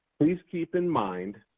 please keep in mind,